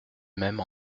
même